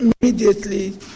immediately